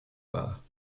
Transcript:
war